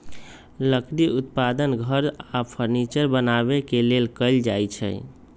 लकड़ी उत्पादन घर आऽ फर्नीचर बनाबे के लेल कएल जाइ छइ